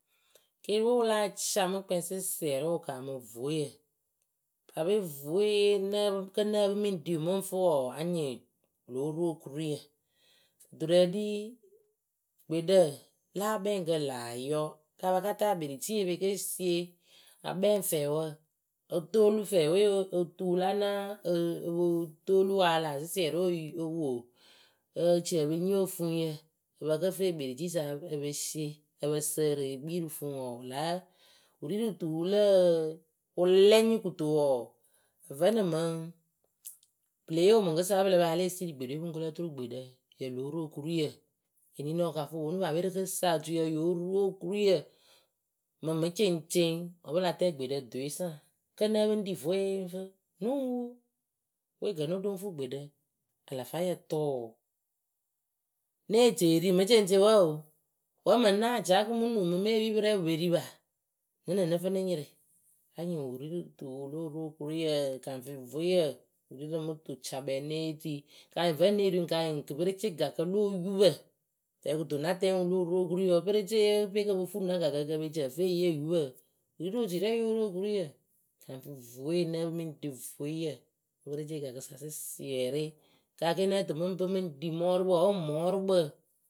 keeriwe wɨ láa camɨ kpɛ sɩsɩɛrɩ wɨ kamɨ vueyǝ paape vueye nǝ pɨ kǝ nǝ́ǝ pɨ mɨŋ ɖi ŋwɨ mɨŋ fɨ wɔɔ wɨ lóo ru okuriyǝ dudurǝ ɖi gbeɖǝ láa kɛŋkǝ laa yɔ kapakata ekpericii epeke sie akpɛŋ fɛɛwǝ otoolu fɛɛwe otuwu la naa o ǝ po toolu ala sɩsɩɛrɩ o wo kecepe nyiŋ ofuŋyǝ pɨ pɨkǝ fɨ ekpericiisa epe sie ǝpǝ sǝrɨ ekpii rɨ fuŋwɔɔwɨla wɨri rɨ tuu wɨlǝ wɨlɛŋ kɨto wɔɔ vǝnɨŋ mɨŋ pɨle yeewu mɨŋkɨsa wǝ pɨla pa pɨle siri gbeɖɨwe pɨŋ kulǝ oturu gbeɖǝ yo lóo ru okuruiyǝ. eninɔ wɨ kafʊ wɨ ponu wǝ rɨkɨsa otui ya yo ru okuruiyǝ mɨŋ mɨ ceŋceŋ wǝ pɨla tɛ gbeɖǝ dwesaŋ kǝ nǝ́ǝ pɨ ŋ ɖi vueye ŋ fɨ nɨŋ wu wekǝ no ɖo ŋ fuu gbeɖǝ alafayǝtʊʊ née ce ri mɨceŋceŋ wǝǝ oo. Wǝ mɨŋ náa caa kɨ mɨ nuŋ kɨ mepiipɨrɛŋ pɨ pe ri pa? nɨŋ nɨ nɨ fɨ nɨ yɩrɩ anyɩŋ wɨ rirɨ tuu wɨ lóo ru okuruiyǝ. kaŋfɩ vueyǝ wɨ rɨ mɨ tucakpɛ née ri kanyɩŋ vǝ née ri ŋwɨ kanyɩŋ kɨperecee gakǝ lo oyupǝ fɛɛkɨto na tɛŋ wɨlo ru okurui pereceeye kpɛŋ kopo fuu na gakǝ ke cǝ pɨ fɨ eyee oyupǝ wɨri rɨ oturɛŋ yo ru okuruiyǝ. Kaŋfɩ vue nǝ́ǝ pɨ mɨŋ ɖi vueyǝ kɨperecee gakɨsa sɩsɩɛrɩ kake nǝ tɨ mɨŋ pɨ mɨŋ ɖi mɔrɨkpǝ wǝ mɔrɨkpǝ.